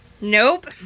Nope